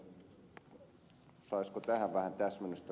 saisiko tähän vähän täsmennystä